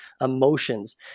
emotions